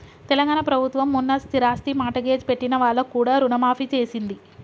తెలంగాణ ప్రభుత్వం మొన్న స్థిరాస్తి మార్ట్గేజ్ పెట్టిన వాళ్లకు కూడా రుణమాఫీ చేసింది